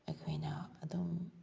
ꯑꯩꯈꯣꯏꯅ ꯑꯗꯨꯝ